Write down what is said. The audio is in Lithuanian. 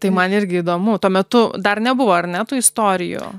tai man irgi įdomu tuo metu dar nebuvo ar ne tų istorijų